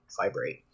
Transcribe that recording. vibrate